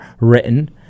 written